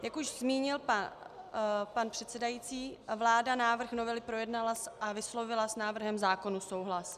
Jak už zmínil pan předsedající, vláda návrh novely projednala a vyslovila s návrhem zákona souhlas.